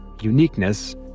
uniqueness